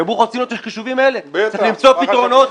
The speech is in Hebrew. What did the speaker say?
צריך למצוא פתרונות.